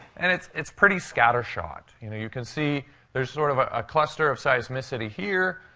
and it's it's pretty scattershot. you know, you can see there's sort of a cluster of seismicity here.